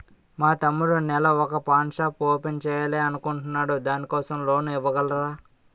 మా తమ్ముడు నెల వొక పాన్ షాప్ ఓపెన్ చేయాలి అనుకుంటునాడు దాని కోసం లోన్ ఇవగలరా?